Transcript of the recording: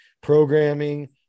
Programming